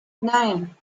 nine